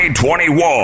2021